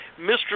Mr